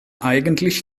eigentlich